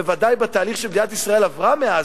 בוודאי בתהליך שמדינת ישראל עברה מאז,